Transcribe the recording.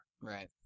Right